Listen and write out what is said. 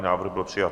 Návrh byl přijat.